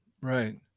right